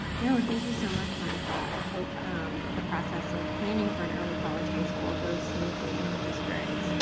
no, thank you so much, marissa. i hope the process of planning for an early college high school goes smoothly in your district.